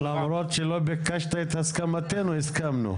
למרות שלא ביקשת את הסכמתנו, הסכמנו.